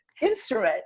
instrument